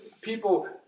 people